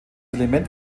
element